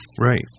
Right